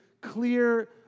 clear